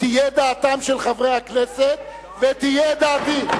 שתהיה דעתם של חברי הכנסת ותהיה דעתי,